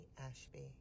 Ashby